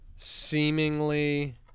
seemingly